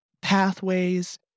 pathways